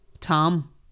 Tom